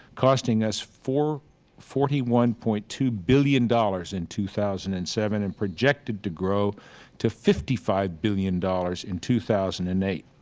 costing us forty one point two billion dollars in two thousand and seven and projected to grow to fifty five billion dollars in two thousand and eight.